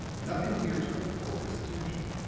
nothing here took the coroner's attention,